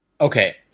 Okay